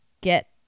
get